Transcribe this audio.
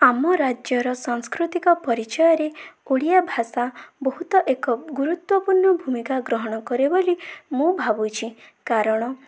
ଆମ ରାଜ୍ୟର ସଂସ୍କୃତିକ ପରିଚୟରେ ଓଡ଼ିଆ ଭାଷା ବହୁତ ଏକ ଗୁରୁତ୍ୱପୂର୍ଣ୍ଣ ଭୂମିକା ଗ୍ରହଣ କରେ ବୋଲି ମୁଁ ଭାବୁଛି କାରଣ